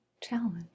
challenge